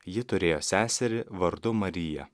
ji turėjo seserį vardu marija